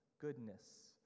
goodness